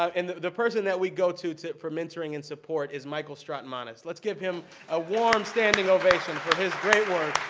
ah and the the person that we go to to for mentoring and support is michael strautmanis. let's give him a warm standing ovation for his great work